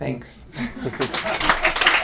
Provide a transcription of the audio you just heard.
Thanks